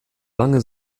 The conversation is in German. lange